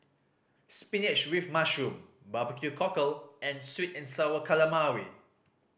spinach with mushroom barbecue cockle and sweet and Sour Calamari